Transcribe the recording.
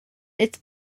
its